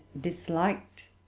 disliked